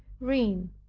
reine.